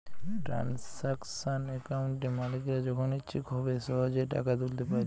transaction অ্যাকাউন্টে মালিকরা যখন ইচ্ছে হবে সহেজে টাকা তুলতে পাইরবে